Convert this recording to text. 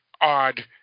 odd